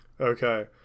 Okay